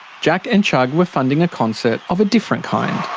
jack and chugg were funding a concert of a different kind.